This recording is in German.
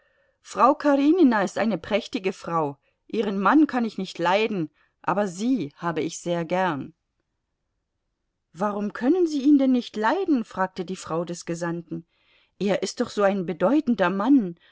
frau karenina ist eine prächtige frau ihren mann kann ich nicht leiden aber sie habe ich sehr gern warum können sie ihn denn nicht leiden fragte die frau des gesandten er ist doch ein so bedeutender mann